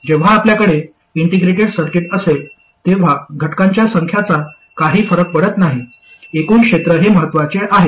जेव्हा आपल्याकडे integrated circuit असेल तेव्हा घटकांच्या संख्याचा काही फरक पडत नाही एकूण क्षेत्र हे महत्त्वाचे आहे